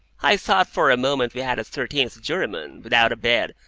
i thought for a moment we had a thirteenth juryman, without a bed.